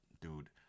dude